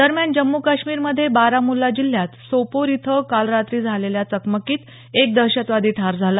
दरम्यान जम्मू काश्मीर मध्ये बारामुल्ला जिल्ह्यात सोपोर इथं काल रात्री झालेल्या चकमकीत एक दहशतवादी ठार झाला